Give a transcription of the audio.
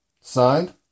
Signed